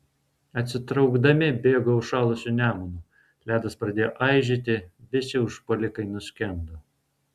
atsitraukdami bėgo užšalusiu nemunu ledas pradėjo aižėti visi užpuolikai nuskendo